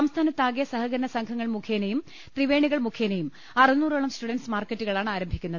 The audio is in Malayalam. സംസ്ഥാനത്താകെ സഹകരണസംഘങ്ങൾ മുഖേനയും ത്രിവേണികൾ മുഖേനയും അറുനൂറോളം സ്റ്റുഡന്റ് സ് മാർക്കറ്റുകളാണ് ആരംഭിക്കുന്നത്